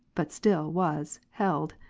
but still was, held.